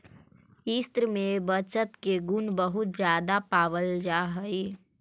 स्त्रि में बचत के गुण बहुत ज्यादा पावल जा हई